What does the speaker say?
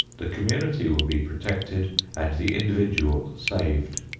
the community will be protected and the individual saved.